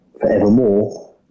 forevermore